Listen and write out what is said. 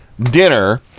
dinner